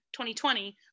2020